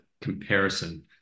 comparison